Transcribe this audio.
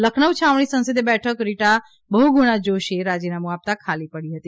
લખનઉ છાવણી સંસદીય બેઠક રીટા બહ્ગુંણા જાશીએ રાજીનામું આપતાં ખલી પડી હતી